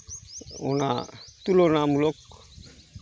ᱚᱱᱟ ᱛᱩᱞᱚᱱᱟ ᱢᱩᱞᱚᱠ